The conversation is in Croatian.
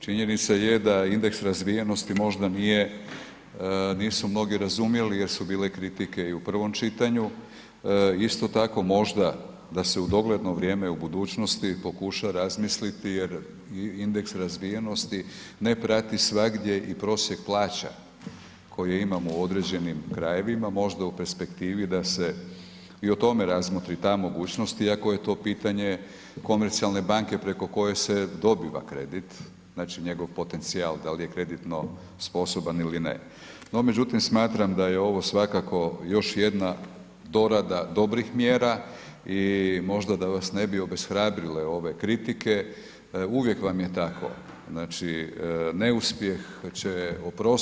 Činjenica je da indeks razvijenosti možda nisu mnogi razumjeli jer su bile kritike i u prvom čitanju, isto tako možda da se u dogledno vrijeme u budućnosti pokuša razmisliti jer indeks razvijenosti ne prati svagdje i prosjek plaća koje imamo u određenim krajevima, možda u perspektivi da se i o tome razmotri ta mogućnost iako je to pitanje komercijalne banke preko koje se dobiva kredit, znači njegov potencijal da li je kreditno sposoban ili ne no međutim smatram da je ovo svakako još jedna dorada dobrih mjera i možda da vas ne obeshrabrile ove kritike, uvijek vam je tako, znači neuspjeh će oprostiti ali uspjeh nikada.